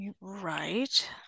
Right